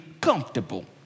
comfortable